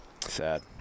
Sad